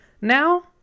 now